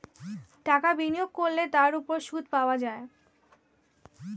টাকা বিনিয়োগ করলে তার উপর সুদ পাওয়া যায়